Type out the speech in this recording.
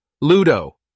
Ludo